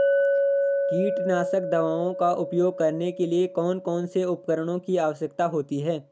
कीटनाशक दवाओं का उपयोग करने के लिए कौन कौन से उपकरणों की आवश्यकता होती है?